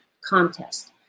contest